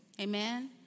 Amen